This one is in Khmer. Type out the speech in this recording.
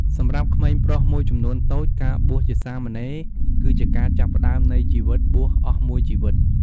សម្រាប់ក្មេងប្រុសមួយចំនួនតូច ការបួសជាសាមណេរ គឺជាការចាប់ផ្ដើមនៃជីវិតបួសអស់មួយជីវិត។